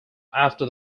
after